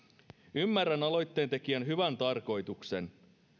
ymmärrän aloitteen tekijän hyvän tarkoituksen